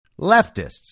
leftists